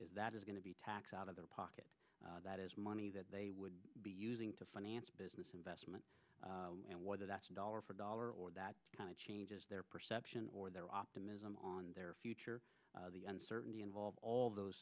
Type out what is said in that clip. is that is going to be tax out of their pocket that is money that they would be using to finance business investment and whether that's a dollar for dollar or that kind of changes their perception or their optimism on their future the uncertainty involved all those